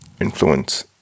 influence